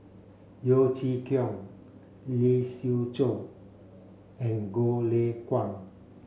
Yeo Chee Kiong Lee Siew Choh and Goh Lay Kuan